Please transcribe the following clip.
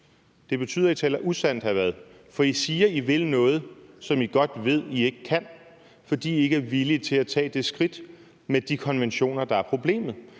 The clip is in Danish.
hr. Frederik Vad, for I siger, at I vil noget, som I godt ved I ikke kan, fordi I ikke er villige til at tage det skridt med de konventioner, der er problemet.